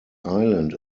island